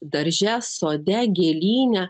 darže sode gėlyne